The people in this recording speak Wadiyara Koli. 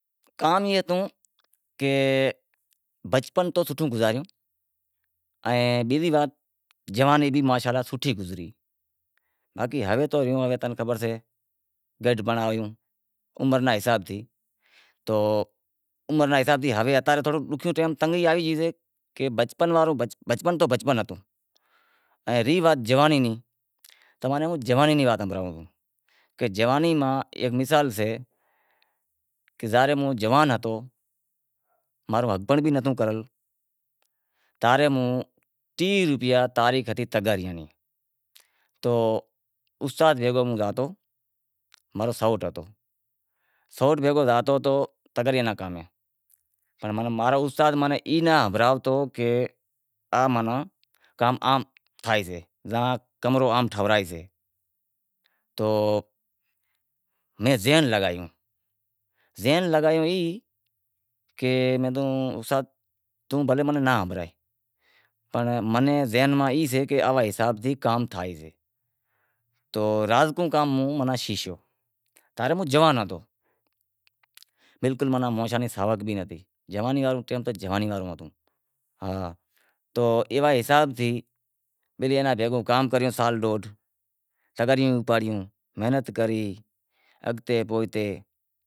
کام ایئں ہتو کہ بچپن تو سوٹھو گزاریو، ان بیزی وات جوانی بھی ماشا الا سوٹھی گزاری باقی ہوے تو تنیں خبر سیں عمر نیں حساب سیں عمر رے حساب سیں ہوے تھوڑو ڈوکھیو ٹیم تنگی آوے گئی سے، کہ بچپن واڑو بچپن تو بچپن ہتو، ایئں ری وار جوانی ری تماں نیں ہوں جوانی ریں واتاں سنڑائوں، جوانی ماں ایک مثال سے، ظاہر اے ہوں جوان ہتو تاں رے ہوں ٹیہہ روپیا تاریخ ہتی تغاری ری، ہوں سوٹ بھیگو زاتو تغاریوں نیں، ماں رو استاد ای ناں ہنبھڑاتو کہ ای کام ہوشے، کمرو ٹھورائیشے پنڑ میں ذہن لگایو، ذہن لگایو ای کہ توں بھلیں موں نیں بھلیں ہنبھڑائے پنڑ منیں ذہن میں ای سے کہ ایوے حساب سیں کام تھائیسے تو رازکو کام موں شیکھیو، بلکل ہوں جوان ہتو موشاں ری ساوک بھی ناں ہتی، جوانی رو ٹیم تو جوانی رو ہتو، تو ایوا حساب تھی بیلی کام کریو سال ڈیڈہ تغاریوں اپاڑیوں، محنت کری